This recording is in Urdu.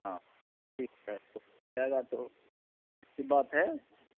ہاں ٹھیک ہے تو چل جائے گا تو کیا تو اچھی بات ہے